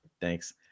Thanks